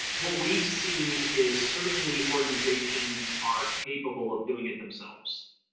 what we've seen is certainly organizations are capable of doing it themselves.